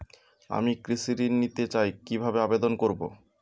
আমি কৃষি ঋণ নিতে চাই কি ভাবে আবেদন করব?